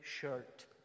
shirt